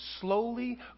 slowly